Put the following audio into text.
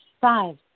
Five